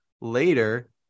later